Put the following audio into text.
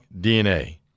DNA